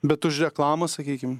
bet už reklamą sakykim